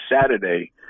Saturday